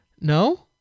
No